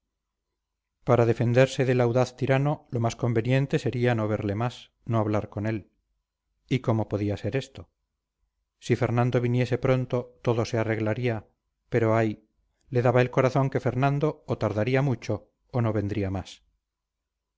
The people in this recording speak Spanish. para defenderse del audaz tirano lo más conveniente sería no verle más no hablar con él y cómo podía ser esto si fernando viniese pronto todo se arreglaría pero ay le daba el corazón que fernando o tardaría mucho o no vendría más